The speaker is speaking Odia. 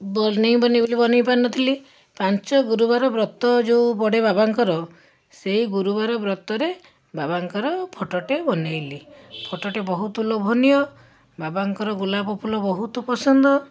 ବନେଇବି ବନେଇ ବୋଲି ବନେଇପାରିନଥିଲି ପାଞ୍ଚଗୁରୁବାର ବ୍ରତ ଯେଉଁ ପଡ଼େ ବାବଙ୍କର ସେଇ ଗୁରୁବାର ବ୍ରତରେ ବାବଙ୍କର ଫୋଟଟେ ବନେଇଲି ଫୋଟଟି ବହୁତ ଲୋଭନୀୟ ବାବଙ୍କର ଗୋଲାପଫୁଲ ବହୁତ ପସନ୍ଦ